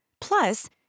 Plus